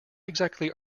exactly